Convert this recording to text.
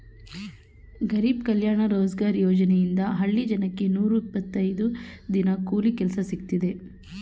ಗರಿಬ್ ಕಲ್ಯಾಣ ರೋಜ್ಗಾರ್ ಯೋಜನೆಯಿಂದ ಹಳ್ಳಿ ಜನಕ್ಕೆ ನೂರ ಇಪ್ಪತ್ತೈದು ದಿನ ಕೂಲಿ ಕೆಲ್ಸ ಸಿಕ್ತಿದೆ